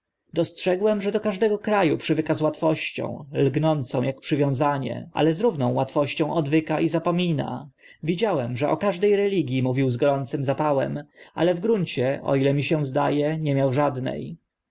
dostrzegłem że do każdego kra u przywyka z łatwością lgnącą ak przywiązanie ale z równą łatwością odwyka i zapomina widziałem że o każde religii mówił z gorącym zapałem a w gruncie o ile mi się zda e nie miał żadne